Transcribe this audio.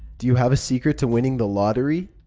do you have a secret to winning the lottery?